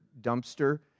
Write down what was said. dumpster